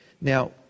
now